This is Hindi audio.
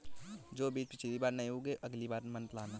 जो बीज पिछली बार नहीं उगे, अगली बार मत लाना